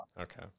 okay